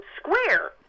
Square